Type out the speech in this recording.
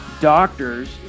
doctors